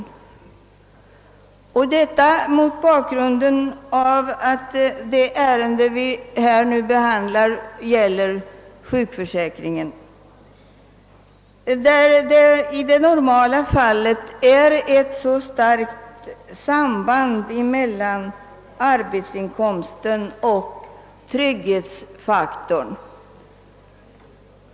Jag säger detta mot bakgrunden av att det ärende vi nu behandlar gäller sjukpenningförsäkringen, beträffande vilken det i normalfallet föreligger ett starkt samband mellan arbetsinkomsten och trygghetsfaktorn.